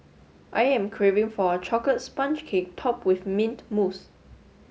I am craving for a chocolate sponge cake topped with mint mousse